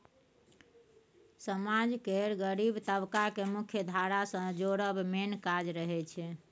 समाज केर गरीब तबका केँ मुख्यधारा सँ जोड़ब मेन काज रहय छै